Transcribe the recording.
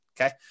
okay